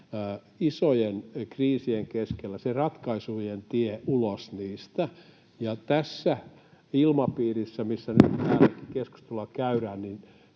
isojen kriisien keskellä se ratkaisujen tie ulos niistä. Tässä ilmapiirissä, missä nyt tätä keskustelua käydään,